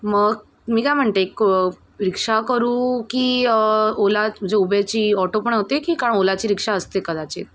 मग मी काय म्हणते क रिक्षा करू की ओला म्हणजे ऊबेरची ऑटो पण होते की का ओलाची रिक्षा असते कदाचित